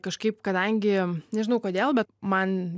kažkaip kadangi nežinau kodėl bet man